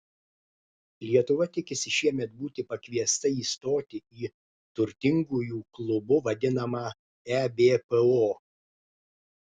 lietuva tikisi šiemet būti pakviesta įstoti į turtingųjų klubu vadinamą ebpo